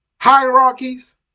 hierarchies